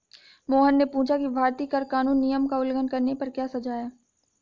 मोहन ने पूछा कि भारतीय कर कानून नियम का उल्लंघन करने पर क्या सजा है?